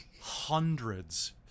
hundreds